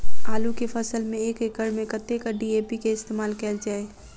आलु केँ फसल मे एक एकड़ मे कतेक डी.ए.पी केँ इस्तेमाल कैल जाए?